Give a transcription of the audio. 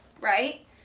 right